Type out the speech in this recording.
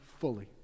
fully